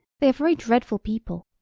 they are very dreadful people.